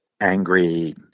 angry